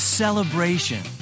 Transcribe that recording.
celebration